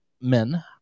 men